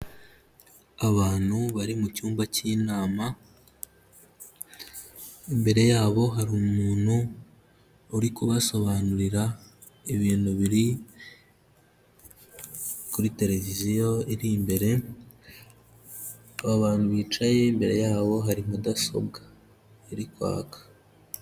Abantu bari mu cyumba cy'inama, imbere yabo hari umuntu uri kubasobanurira ibintu biri kuri televiziyo iri imbere, aba bantu bicaye imbere yabo hari mudasobwa, iri kwaka.